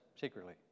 secretly